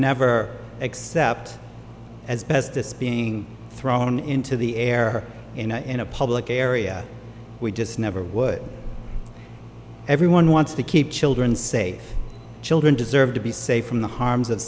never accept as best this being thrown into the air in a public area we just never would everyone wants to keep children safe children deserve to be safe from the harms of